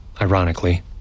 ironically